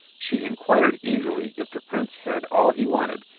she inquired eagerly if the prince had all he wanted,